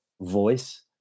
voice